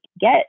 get